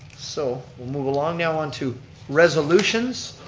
so we'll move along now onto resolutions.